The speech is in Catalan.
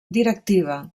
directiva